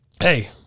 hey